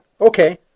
Okay